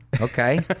Okay